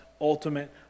ultimate